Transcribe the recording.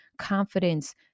confidence